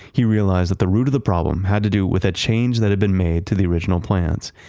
he realized that the root of the problem had to do with a change that had been made to the original plans.